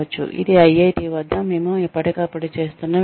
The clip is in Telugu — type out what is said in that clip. ఇది ఐఐటి వద్ద మేము ఎప్పటికప్పుడు చేస్తున్న విషయం